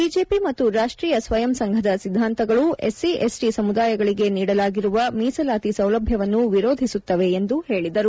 BJP ಮತ್ತು ರಾಖ್ಟೀಯ ಸ್ವಯಂ ಸಂಘದ ಸಿದ್ದಾಂತಗಳು ಎಸ್ಸಿ ಎಸ್ಟಿ ಸಮುದಾಯಗಳಗೆ ನೀಡಲಾಗಿರುವ ಮೀಸಲಾತಿ ಸೌಲಭ್ಯವನ್ನು ವಿರೋಧಿಸುತ್ತವೆ ಎಂದು ಹೇಳಿದರು